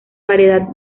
variedad